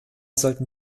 sollten